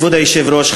כבוד היושב-ראש,